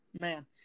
man